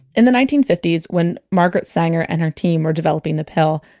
in the nineteen fifty s, when margaret sanger and her team were developing the pill,